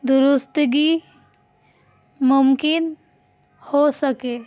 درستگی ممکن ہو سکے